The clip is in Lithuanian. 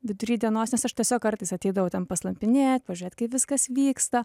vidury dienos nes aš tiesiog kartais ateidavau ten paslampinėt pažiūrėt kaip viskas vyksta